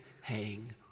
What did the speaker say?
hang